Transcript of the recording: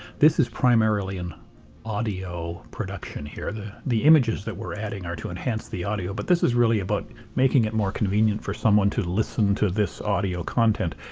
this is primarily an audio production here. the the images that we're adding are to enhance the audio but this is really about making it more convenient for someone to listen to this audio content.